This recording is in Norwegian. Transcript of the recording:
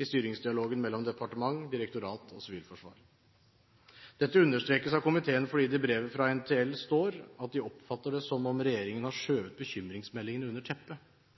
i styringsdialogen mellom departementet, direktoratet og Sivilforsvaret. Dette understrekes av komiteen, fordi det i brevet fra NTL står at de oppfatter det som om regjeringen har «skjøvet bekymringsmeldingene under teppet,